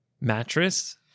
mattress